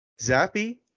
Zappy